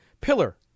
pillar